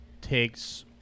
takes